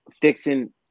fixing